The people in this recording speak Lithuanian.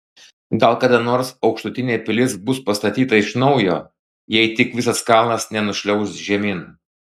gal kada nors aukštutinė pilis bus pastatyta iš naujo jei tik visas kalnas nenušliauš žemyn